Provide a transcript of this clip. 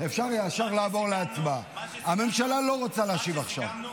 אפשר לעשות הצבעה במועד אחר,